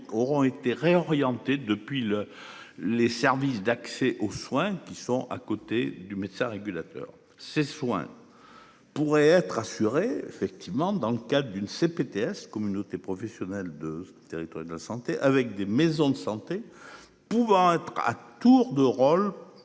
auront été réorientées depuis le. Les services d'accès aux soins qui sont à côté du médecin régulateur ces soins. Pourrait être assuré effectivement dans le cadre d'une CPTS communautés professionnelles de territoire et de la santé, avec des maisons de santé pouvant à tour de rôle